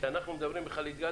כשאנחנו מדברים מכלית גז,